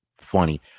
funny